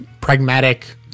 pragmatic